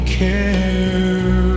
care